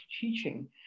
teaching